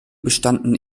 bestanden